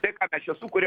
tai ką mes čia sukuriam